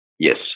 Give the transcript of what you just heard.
yes